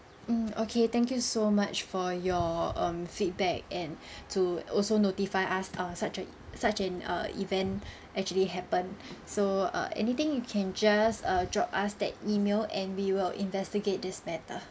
mm okay thank you so much for your um feedback and to also notify us uh such a such an uh event actually happened so err anything you can just err drop us that E-mail and we will investigate this matter